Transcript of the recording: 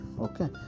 Okay